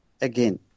again